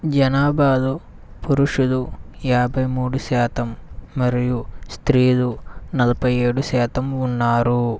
జనాభాలో పురుషులు యాభై మూడు శాతం మరియు స్త్రీలు నలభై ఏడు శాతం ఉన్నారు